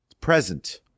present